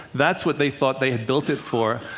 that's what they thought they had built it for.